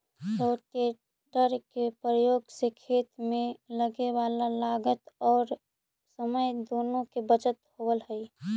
rotator के प्रयोग से खेत में लगे वाला लागत औउर समय दुनो के बचत होवऽ हई